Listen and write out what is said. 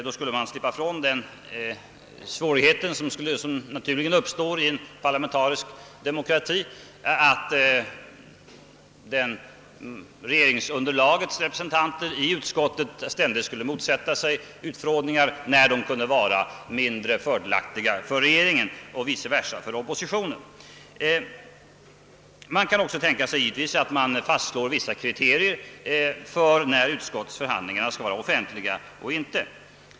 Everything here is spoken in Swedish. Då skulle man slippa ifrån den svårighet som naturligen uppstår i en parlamentarisk demokrati, nämligen att regeringens representanter i utskottet ständigt skulle motsätta sig utfrågningar när dessa kunde vara mindre fördelaktiga för regeringen och vice versa för oppositionen. Man kan givetvis också tänka sig att fastslå vissa kriterier för när utskottsförhandlingarna skall vara offentliga och inte.